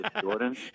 Jordan